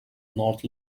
north